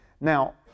Now